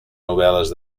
novel·les